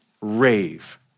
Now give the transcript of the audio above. Rave